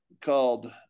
called